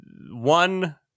One